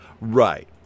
Right